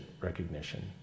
recognition